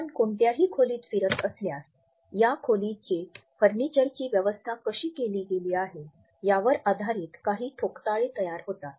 आपण कोणत्याही खोलीत फिरत असल्यास या खोलीत फर्निचरची व्यवस्था कशी केली गेली आहे यावर आधारित काही ठोकताळे तयार होतात